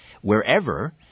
wherever